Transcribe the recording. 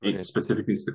specifically